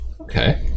Okay